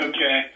Okay